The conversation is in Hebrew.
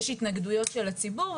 יש התנגדויות של הציבור.